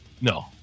No